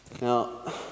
now